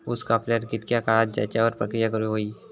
ऊस कापल्यार कितके काळात त्याच्यार प्रक्रिया करू होई?